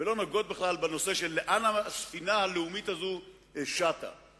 ולכן אני קורא לכם בהצעת חוק ההתייעלות הזאת: תנו